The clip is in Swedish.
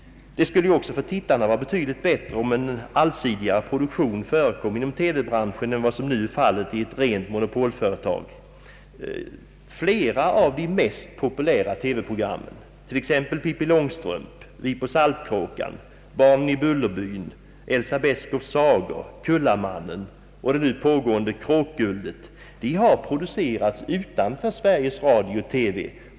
Det skulle också för tittarna vara betydligt bättre om en allsidigare produktion förekom inom TV-branschen än vad som är fallet inom ett rent monopolföretag. Flera av de mest populära TV-programmen — t.ex. Pippi Långstrump, Vi på Saltkråkan, Barnen i Bullerbyn, Elsa Beskows sagor, Kullamannen och den nu pågående Kråkguldet — har producerats utanför Sveriges Radio-TV.